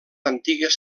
antigues